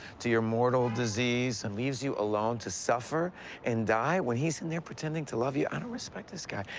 to your mortal disease, and leaves you alone to suffer and die, when he's in there pretending to love you? i don't respect this guy.